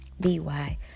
B-Y